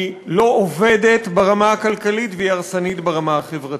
היא לא עובדת ברמה הכלכלית והיא הרסנית ברמה החברתית.